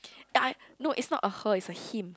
that I no it's not a her it's a him